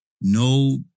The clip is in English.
No